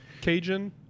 Cajun